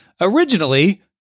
Originally